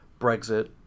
Brexit